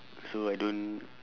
so I don't